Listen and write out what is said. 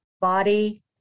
Body